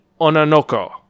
Onanoko